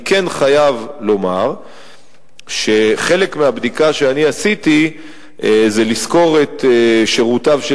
אני כן חייב לומר שחלק מהבדיקה שאני עשיתי זה לשכור את שירותיו של